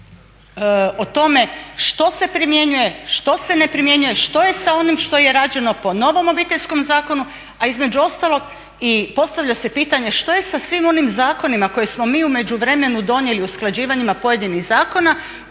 o tome što se primjenjuje, što se ne primjenjuje, što je sa onim što je rađeno po novom Obiteljskom zakonu. A između ostalog i postavlja se pitanje što je sa svim onim zakonima koje smo mi u međuvremenu donijeli o usklađivanjima pojedinih zakona